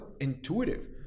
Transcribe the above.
intuitive